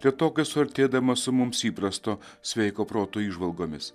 retokai suartėdamas su mums įprasto sveiko proto įžvalgomis